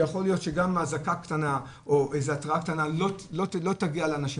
שיכול להיות שגם אזעקה קטנה או התראה קטנה לא תגיע לאנשים.